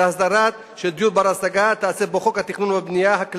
זה הסדרה של דיור בר-השגה שתיעשה בחוק התכנון והבנייה.